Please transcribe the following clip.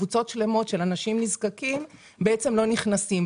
קבוצות שלמות של אנשים נזקקים בעצם לא נכנסים.